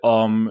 om